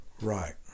Right